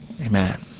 Amen